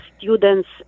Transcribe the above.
students